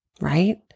Right